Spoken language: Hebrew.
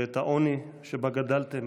ואת העוני שבהם גדלתם,